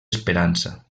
esperança